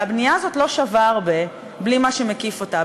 הרי הבנייה הזאת לא שווה הרבה בלי מה שמקיף אותה,